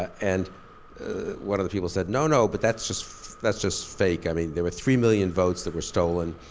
and one of the people said, no, no, but that's just that's just fake. i mean there were three million votes that were stolen.